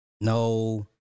no